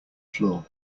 floor